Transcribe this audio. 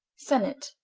senet.